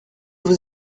vous